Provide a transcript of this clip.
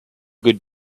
could